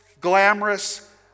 glamorous